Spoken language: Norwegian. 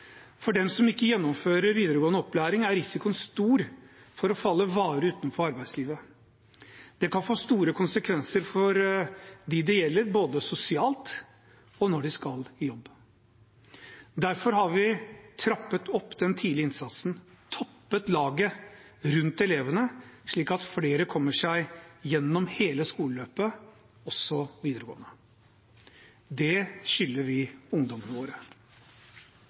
For dem som ikke gjennomfører videregående opplæring, er risikoen stor for å falle varig utenfor arbeidslivet. Det kan få store konsekvenser for dem det gjelder, både sosialt og når de skal i jobb. Derfor har vi trappet opp den tidlige innsatsen, toppet laget rundt elevene, slik at flere kommer seg gjennom hele skoleløpet, også videregående. Det skylder vi ungdommene våre.